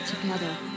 together